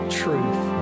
truth